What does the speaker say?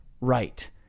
right